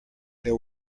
there